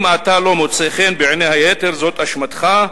אם אתה לא מוצא חן בעיני היתר, זאת אשמתך,